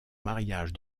mariage